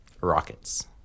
rockets